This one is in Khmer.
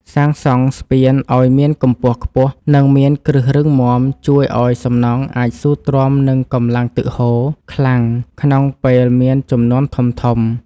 សាងសង់ស្ពានឱ្យមានកម្ពស់ខ្ពស់និងមានគ្រឹះរឹងមាំជួយឱ្យសំណង់អាចស៊ូទ្រាំនឹងកម្លាំងទឹកហូរខ្លាំងក្នុងពេលមានជំនន់ធំៗ។